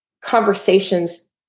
conversations